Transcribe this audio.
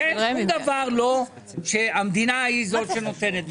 שום דבר לא שהמדינה היא זאת שנותנת.